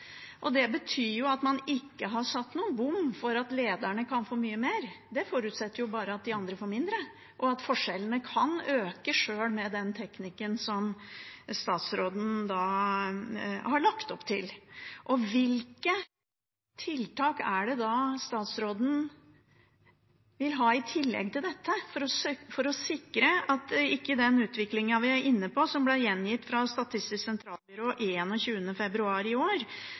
Det betyr at man ikke har satt noen bom for at lederne kan få mye mer. Det forutsetter jo bare at de andre får mindre, og at forskjellene kan øke, sjøl med den teknikken som statsråden har lagt opp til. Hvilke tiltak er det da statsråden vil ha i tillegg til dette for å sikre at ikke den utviklingen vi er inne i, fortsetter? Det som ble gjengitt av Statistisk sentralbyrå 21. februar i år,